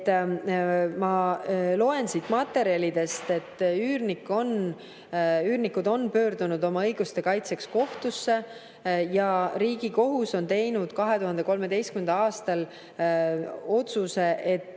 loen siit materjalidest, et üürnikud on pöördunud oma õiguste kaitseks kohtusse ja Riigikohus on teinud 2013. aastal otsuse, et